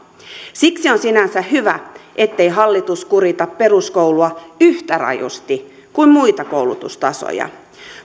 siksi on sinänsä hyvä ettei hallitus kurita peruskoulua yhtä rajusti kuin muita koulutustasoja